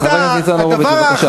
חבר הכנסת ניצן הורוביץ, בבקשה.